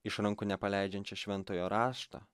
iš rankų nepaleidžiančią šventojo rašto